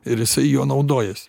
ir jisai juo naudojas